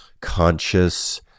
conscious